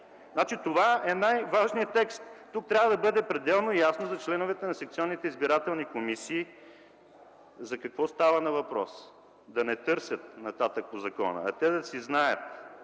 случва. Това е най-важният текст. Тук трябва да бъде пределно ясно за членовете на секционните избирателни комисии за какво става въпрос - да не търсят нататък по закона, а да си знаят.